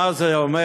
מה זה אומר,